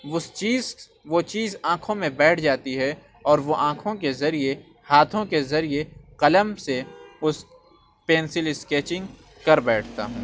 اُس چیز وہ چیز آنکھوں میں بیٹھ جاتی ہے اور وہ آنکھوں کے ذریعہ ہاتھوں کے ذریعہ قلم سے اُس پینسل اسکیچنگ کر بیٹھتا ہوں